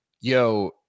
yo